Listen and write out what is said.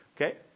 Okay